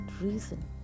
reason